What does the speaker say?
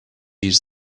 use